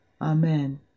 Amen